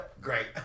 Great